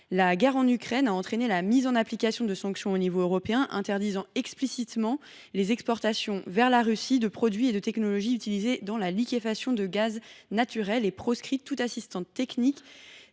La guerre en Ukraine a entraîné la mise en application de sanctions à l’échelon européen, interdisant « explicitement les exportations vers la Russie de produits et de technologies utilisés dans la liquéfaction de gaz naturel, et proscrit toute assistance technique,